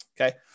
okay